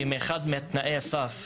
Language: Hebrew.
כי אחד מתנאי הסף